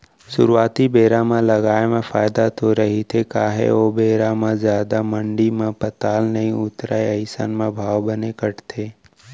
सुरुवाती बेरा म लगाए म फायदा तो रहिथे काहे ओ बेरा म जादा मंडी म पताल नइ उतरय अइसन म भाव बने कटथे